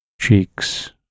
cheeks